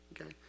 okay